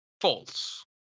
false